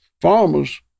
farmers